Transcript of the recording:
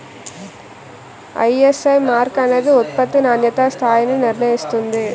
ISI mark అనేది ఉత్పత్తి నాణ్యతా స్థాయిని నిర్ణయిస్తుంది